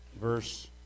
verse